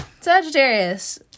Sagittarius